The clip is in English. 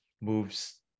moves